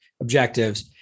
objectives